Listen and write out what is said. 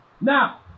Now